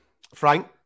Frank